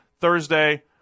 Thursday